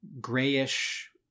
grayish